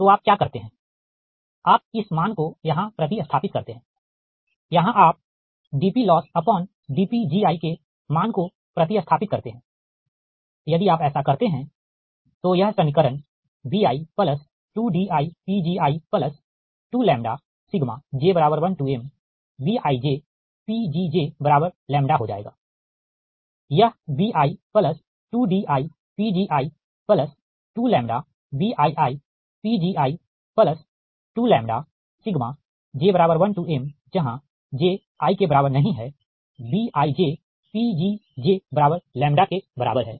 तो आप क्या करते हैं आप इस मान को यहाँ प्रति स्थापित करते है यहाँ आप dPLossdPgi के मान को प्रति स्थापित करते हैं यदि आप ऐसा करते हैं तो यह समीकरण bi2diPgi2λj1mBijPgjλ हो जाएगा यह bi2diPgi2λBiiPgi2λj1 j≠imBijPgjλ के बराबर है